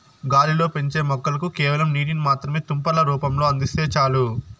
గాలిలో పెంచే మొక్కలకి కేవలం నీటిని మాత్రమే తుంపర్ల రూపంలో అందిస్తే చాలు